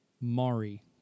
Mari